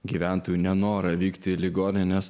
gyventojų nenorą vykti į ligonines